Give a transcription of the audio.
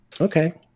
Okay